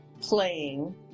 playing